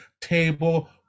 table